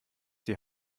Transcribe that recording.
die